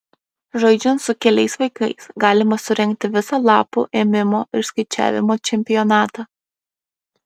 žaidžiant su keliais vaikais galima surengti visą lapų ėmimo ir skaičiavimo čempionatą